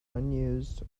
unused